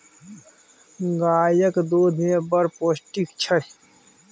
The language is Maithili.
गाएक दुध मे बड़ पौष्टिक छै